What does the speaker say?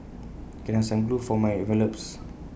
can I have some glue for my envelopes